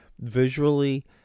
Visually